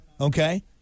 Okay